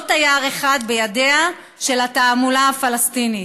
תייר אחד בידיה של התעמולה הפלסטינית,